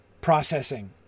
processing